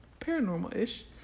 paranormal-ish